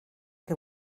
que